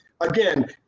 again